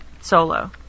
solo